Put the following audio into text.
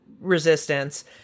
resistance